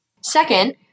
Second